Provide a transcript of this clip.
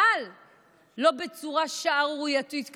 אבל לא בצורה שערורייתית כזאת,